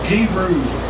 Hebrews